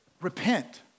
repent